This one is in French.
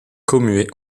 commuée